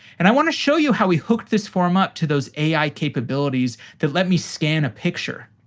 and i want to show you how we hook this form up to those ai capabilities that let me scan a picture.